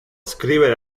scrivere